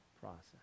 process